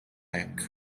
hekk